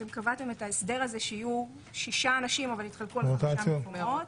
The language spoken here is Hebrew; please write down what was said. אתם קבעתם את ההסדר הזה שיהיו 6 אנשים אבל יתחלקו על 5 מקומות.